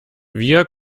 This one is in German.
wir